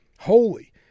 holy